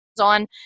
on